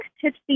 Tipsy